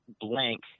blank